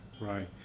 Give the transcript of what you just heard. Right